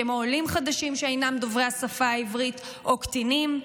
כמו עולים חדשים שאינם דוברי השפה העברית או קטינים.